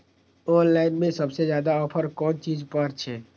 Online में सबसे ज्यादा ऑफर कोन चीज पर छे?